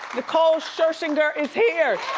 nicole scherzinger is here!